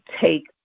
take